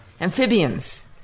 Amphibians